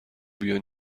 بیا